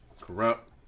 Corrupt